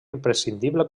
imprescindible